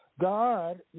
God